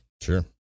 Sure